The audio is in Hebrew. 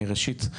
אני ראשית,